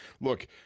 Look